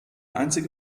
einzige